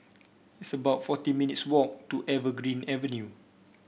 it's about forty minutes' walk to Evergreen Avenue